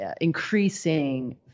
increasing